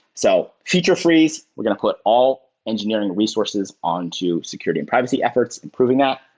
so feature freeze. we're going to put all engineering resources on to security and privacy efforts and proving that.